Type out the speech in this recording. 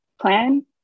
plan